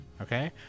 Okay